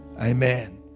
Amen